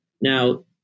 Now